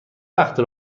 وقت